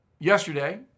Yesterday